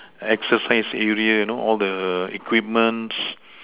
exercise area you know all the equipments